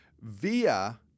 via